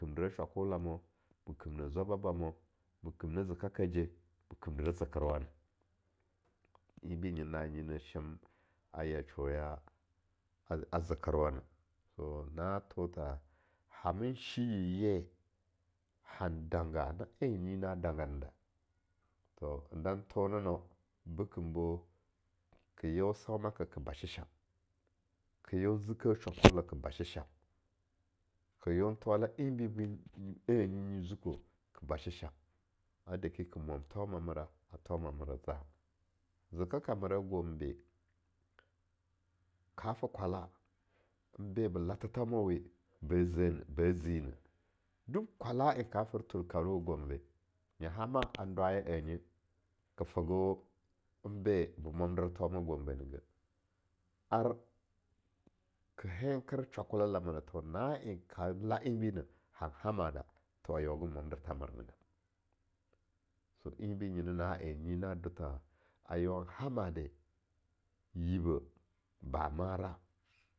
Kimdireh shwakolamo, me kimdireh zwaba bamo, makimdireh zeka kaje, ma kimdireh zekerwa na, en bi nyina na en nyi na shem aye choya al a zekerwana. To, na tho tha hamin shiyi ye han danga na en nyina danganda, to n dan thoneno bkembo, ke yeo saumaka ka ba sheshem, ke yeo n zikeeh shwakola ke ba sheshem, ke yeo n zikeeh shwakola ke ba sheshan, ke yeo n thowala enbi bo annyi nyi zukoh ko ba sheshem, adaki ke mwan thoma mera a thomamera aza. Zeka ka mera Gombe, ka to kwala be ba la thethaumawe be zi neh duk kwala en kata thurakabrab ba Gombe, nya hama andwaya annye ka fogo be ba mwander thoma Gombe ne geh, ar ke henker shwakola la mer na tha na en ka la enbi neh, han hana da, to ayeowan mwandirtha mernaga, so enbi nyena na en nyi na do tha a yeo n hamade, yibbeh ba mara.